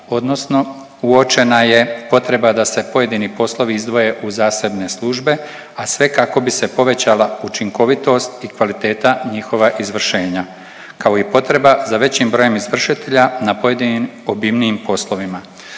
odnosno uočena je potreba da se pojedini poslovi izdvoje u zasebne službe, a sve kako bi se povećala učinkovitost i kvaliteta njihova izvršenja kao i potreba za većim brojem izvršitelja na pojedinim obimnijim poslovima.